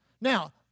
Now